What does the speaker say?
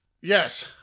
Yes